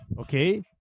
okay